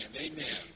Amen